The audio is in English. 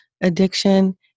addiction